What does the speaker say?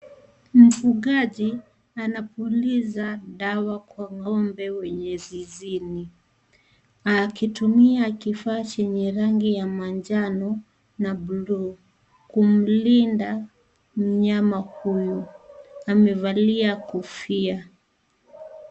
Mfugaji anapuliza dawa kwa ngo'mbe wenye zizini, akitumia kifaa chenye rangi ya manjano na bluu, kumlinda mnyama huyu. Amevalia kofia.